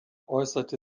äußerte